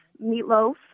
meatloaf